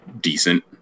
decent